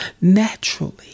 naturally